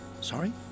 Sorry